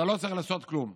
אתה לא צריך לעשות כלום.